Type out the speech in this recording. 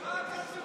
מה קשור פריימריז?